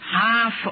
half